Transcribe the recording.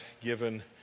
given